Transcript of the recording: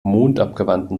mondabgewandten